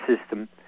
system